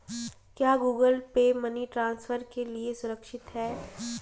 क्या Google Pay money transfer के लिए सुरक्षित है?